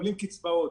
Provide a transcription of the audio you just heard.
שמקבלים קצבאות,